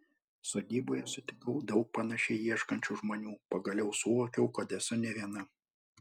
sodyboje sutikau daug panašiai ieškančių žmonių pagaliau suvokiau kad esu ne viena